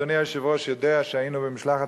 אדוני היושב-ראש יודע שהיינו במשלחת